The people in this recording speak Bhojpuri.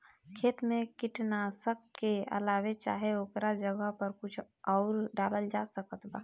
खेत मे कीटनाशक के अलावे चाहे ओकरा जगह पर कुछ आउर डालल जा सकत बा?